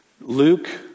Luke